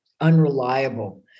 unreliable